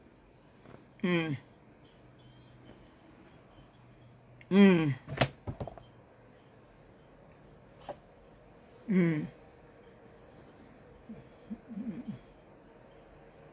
mm mm mm